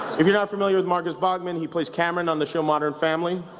if you're not familiar with marcus bachmann, he plays cameron on the show modern family.